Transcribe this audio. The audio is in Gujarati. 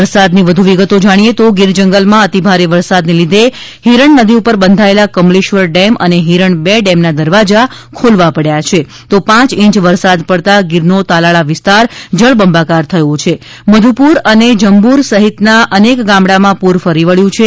વરસાદની વધૂ વિગતો જાણીએ તો ગીર જંગલમાં અતિ ભારે વરસાદને લીધે હિરણ નદી ઉપર બંધાયેલા કમલેશ્વર ડેમ અને હિરણ બે ડેમના દરવાજા ખોલવા પડ્યા છે તો પાંચ ઇંચ વરસાદ પડતાં ગીરનો તાલાળા વિસ્તાર જળબંબાકાર થયો છે અને મધુપુર અને જંબૂર સહિતના અનેક ગામડામાં પૂર ફરી વળ્યું છે